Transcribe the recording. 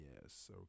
Yes